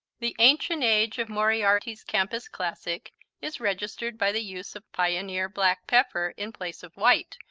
the ancient age of moriarty's campus classic is registered by the use of pioneer black pepper in place of white,